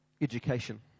education